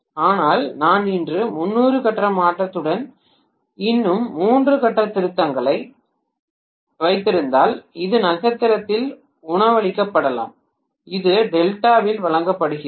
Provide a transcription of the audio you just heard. ஆனால் நான் இன்னும் 300 கட்ட மாற்றத்துடன் இன்னும் மூன்று கட்ட திருத்திகளை வைத்திருந்தால் இது நட்சத்திரத்தால் உணவளிக்கப்படலாம் இது டெல்டாவால் வழங்கப்படுகிறது